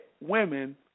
women